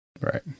Right